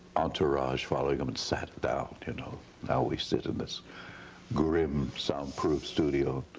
entourage following him and sat down. you know now we sit in this grim, soundproof studio.